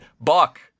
Buck